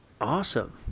Awesome